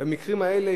במקרים האלה,